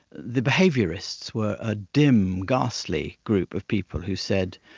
the behaviourists where a dim, ghastly group of people who said,